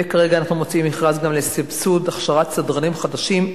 וכרגע אנחנו מוציאים מכרז גם לסבסוד הכשרת סדרנים חדשים,